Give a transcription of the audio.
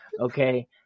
Okay